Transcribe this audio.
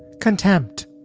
contempt